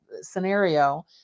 scenario